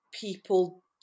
people